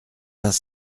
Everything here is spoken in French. vingt